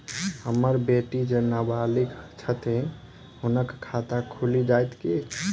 हम्मर बेटी जेँ नबालिग छथि हुनक खाता खुलि जाइत की?